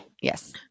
Yes